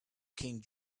king